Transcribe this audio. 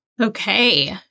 Okay